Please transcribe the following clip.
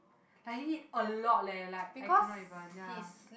like he eat a lot leh like I cannot even ya